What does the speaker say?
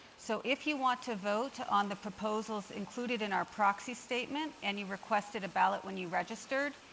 so if you want to vote on the proposals included in our proxy statement and you requested a ballot when you registered,